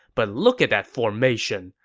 but look at that formation.